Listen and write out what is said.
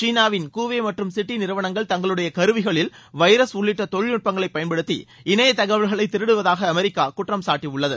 சீனாவின் கூவே மற்றும் ஸிட்டி நிறுவனங்கள் தங்களுடைய கருவிகளில் வைரஸ் உள்ளிட்ட தொழில்நுட்பங்களை பயன்படுத்தி இணைய தகவல்களை திருடுவதாக அமெரிக்கா குற்றம்சாட்டியுள்ளது